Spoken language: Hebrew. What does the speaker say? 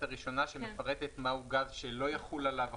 הראשונה שמפרטת מהו גז שלא יחול עליו החוק.